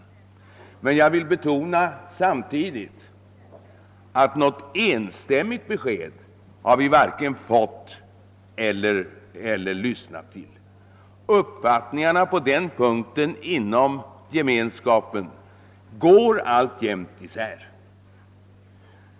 Men jag vill betona att vi inte fått något enstämmigt besked; uppfattningarna på denna punkt går alltjämt isär inom Gemenskapen.